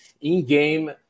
in-game